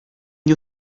you